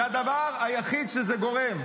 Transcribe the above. זה הדבר היחיד שזה גורם.